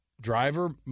driver